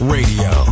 Radio